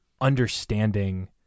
understanding